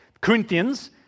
Corinthians